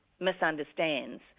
misunderstands